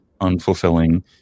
unfulfilling